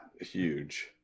huge